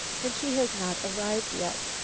and she has not arrived yet.